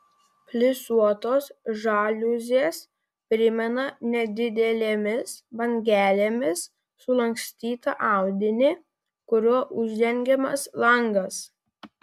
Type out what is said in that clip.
plisuotos žaliuzės primena nedidelėmis bangelėmis sulankstytą audinį kuriuo uždengiamas langas